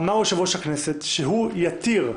אמר יושב-ראש הכנסת שהוא יתיר,